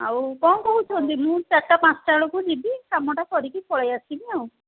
ଆଉ କ'ଣ କହୁଛନ୍ତି ମୁଁ ଚାରିଟା ପାଞ୍ଚଟା ବେଳକୁ ଯିବି କାମଟା ସାରିକି ପଳାଇ ଆସିବି ଆଉ